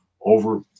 over